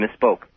misspoke